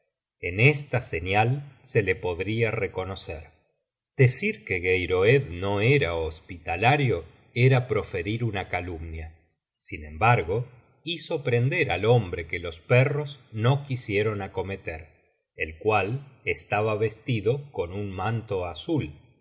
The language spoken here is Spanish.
en esta señal se le podria reconocer decir que geiroed no era hospitalario era proferir una calumnia sin embargo hizo prender al hombre que los perros no quisieron acometer el cual estaba vestido con un manto azul